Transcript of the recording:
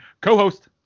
co-host